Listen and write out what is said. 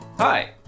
Hi